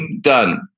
done